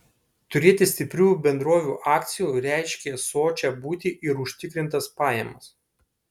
turėti stiprių bendrovių akcijų reiškė sočią būtį ir užtikrintas pajamas